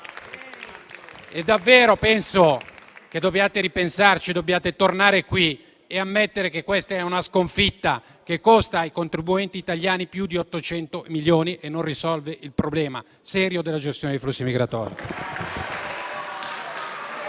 davvero che dobbiate ripensarci, tornare qui e ammettere che questa è una sconfitta che costa ai contribuenti italiani più di 800 milioni di euro e non risolve il problema serio della gestione dei flussi migratori.